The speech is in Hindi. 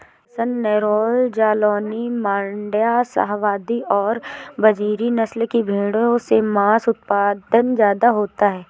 हसन, नैल्लोर, जालौनी, माण्ड्या, शाहवादी और बजीरी नस्ल की भेंड़ों से माँस उत्पादन ज्यादा होता है